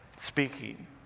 speaking